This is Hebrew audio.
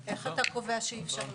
איך אתה קובע שאי אפשר להרוס?